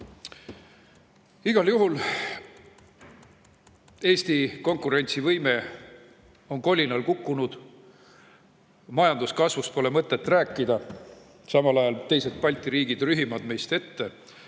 juhul on Eesti konkurentsivõime kolinal kukkunud. Majanduskasvust pole mõtet rääkida, samal ajal teised Balti riigid rühivad meist ette.